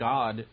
God